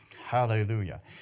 hallelujah